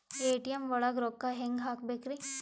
ATM ಒಳಗ್ ರೊಕ್ಕ ಹೆಂಗ್ ಹ್ಹಾಕ್ಬೇಕ್ರಿ?